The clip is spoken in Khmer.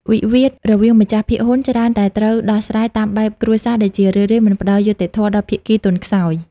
វិវាទរវាងម្ចាស់ភាគហ៊ុនច្រើនតែត្រូវដោះស្រាយតាមបែបគ្រួសារ ដែលជារឿយៗមិនផ្ដល់យុត្តិធម៌ដល់ភាគីទន់ខ្សោយ។